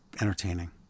entertaining